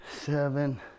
seven